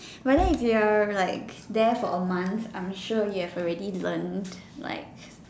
but then if you are there like there for a month I am sure you have already learnt like